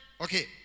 okay